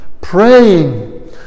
praying